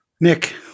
Nick